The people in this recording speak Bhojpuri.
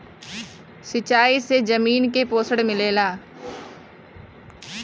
सिंचाई से जमीन के पोषण मिलेला